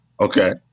Okay